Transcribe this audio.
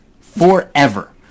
forever